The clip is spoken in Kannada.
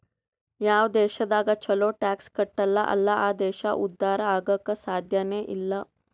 ಯಾವ್ ದೇಶದಾಗ್ ಛಲೋ ಟ್ಯಾಕ್ಸ್ ಕಟ್ಟಲ್ ಅಲ್ಲಾ ಆ ದೇಶ ಉದ್ಧಾರ ಆಗಾಕ್ ಸಾಧ್ಯನೇ ಇಲ್ಲ